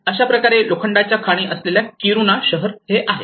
अशाप्रकारे लोखंडाच्या खाणी असलेले किरूना शहर आहे